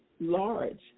large